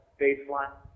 baseline